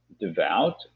devout